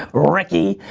ricky?